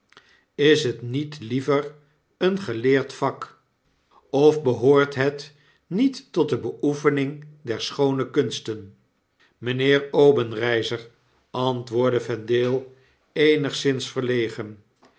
is het niet liever een geleerd vak of behoort het niet tot de beoefening der schoone kunsten mynheer openreizer antwoordde vendale eenigszins verlegen